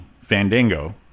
Fandango